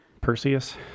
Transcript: Perseus